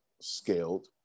scaled